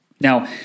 Now